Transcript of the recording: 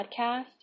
podcast